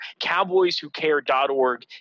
CowboysWhoCare.org